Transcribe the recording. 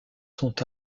sont